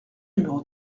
numéro